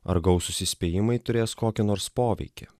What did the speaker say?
ar gausūs įspėjimai turės kokį nors poveikį